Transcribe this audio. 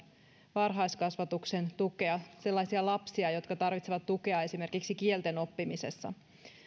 varhaiskasvatuksen tukea sellaisia lapsia jotka tarvitsevat tukea esimerkiksi kielten oppimisessa